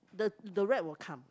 the the rat will come